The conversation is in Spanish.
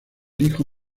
hijo